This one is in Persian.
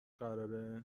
قراره